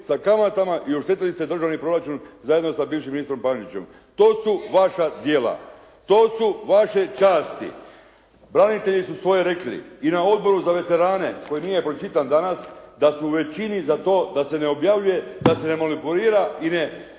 sa kamatama i oštetili ste državni proračun zajedno sa bivšim ministrom Pančićem. To su vaša djela. To su vaše časti. Branitelji su svoje rekli i na Odboru za veterane koji nije pročitan danas, da su u većini za to, da se ne objavljuje, da se ne manipulira i ne